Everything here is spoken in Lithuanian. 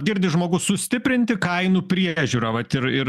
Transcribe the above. girdi žmogus sustiprinti kainų priežiūrą vat ir ir